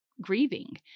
grieving